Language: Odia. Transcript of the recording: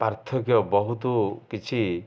ପାର୍ଥକ୍ୟ ବହୁତ କିଛି